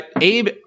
Abe